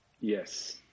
Yes